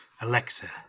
Alexa